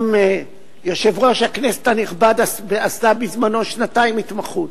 גם יושב-ראש הכנסת הנכבד עשה בזמנו שנתיים התמחות.